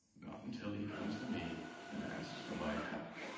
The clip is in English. not until he comes to me and asks for my help.